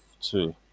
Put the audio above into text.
two